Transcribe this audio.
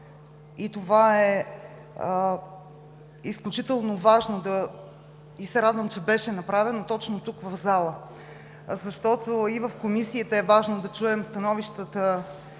Това е изключително важно. Радвам се, че беше направено точно тук в залата, защото и в Комисията е важно да чуем становищата